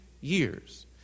years